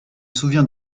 souviens